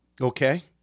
Okay